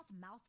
Mouth